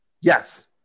Yes